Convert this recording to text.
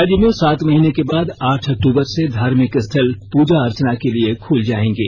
राज्य में सात महीने के बाद आठ अक्टूबर से धार्मिक स्थल पूजा अर्चना के लिए खुल जाएंगे